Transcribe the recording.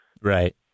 Right